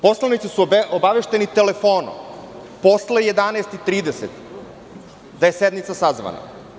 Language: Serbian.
Poslanici su obavešteni telefonom posle 11.30 da je sednica sazvana.